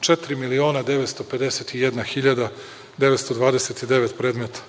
4.951.929 predmeta.